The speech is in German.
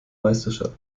meisterschaft